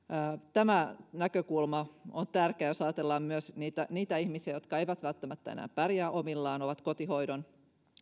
tämä näkökulma on tärkeä jos ajatellaan myös niitä niitä ihmisiä jotka eivät välttämättä enää pärjää omillaan ovat kotihoidon